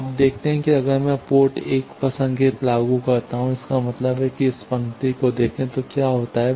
आप देखते हैं कि अगर मैं पोर्ट 1 पर संकेत लागू करता हूं इसका मतलब है कि इस पंक्ति को देखें तो क्या होता है